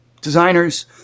designers